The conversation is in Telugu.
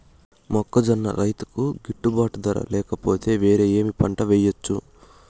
మొక్కజొన్న రైతుకు గిట్టుబాటు ధర లేక పోతే, వేరే ఏమి పంట వెయ్యొచ్చు?